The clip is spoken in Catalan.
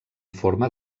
forma